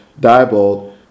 Diebold